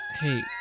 Hey